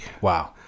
Wow